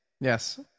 Yes